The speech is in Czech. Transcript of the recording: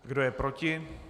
Kdo je proti?